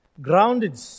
grounded